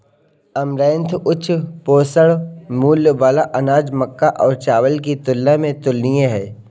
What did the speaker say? amaranth उच्च पोषण मूल्य वाला अनाज मक्का और चावल की तुलना में तुलनीय है